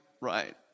right